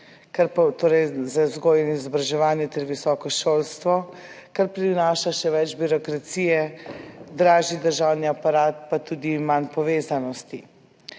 za vzgojo in izobraževanje ter visoko šolstvo, kar prinaša še več birokracije, dražji državni aparat, pa tudi manj povezanosti.